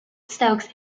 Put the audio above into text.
stokes